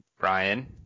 Brian